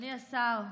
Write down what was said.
אדוני השר,